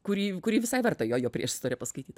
kurį kurį visai verta jo jo priešistorę paskaityt